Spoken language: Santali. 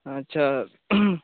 ᱚᱻ ᱟᱪᱪᱷᱟ